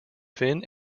fin